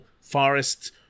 forests